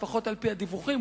לפחות על-פי הדיווחים,